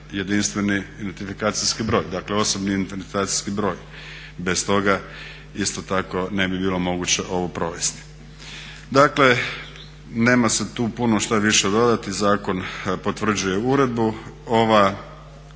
jedinstveni identifikacijski broj, dakle osobni identifikacijski broj, bez toga isto tako ne bi bilo moguće ovo provesti. Dakle nema se tu puno šta više dodati. Zakon potvrđuje uredbu. Ova